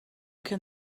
can